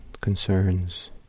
concerns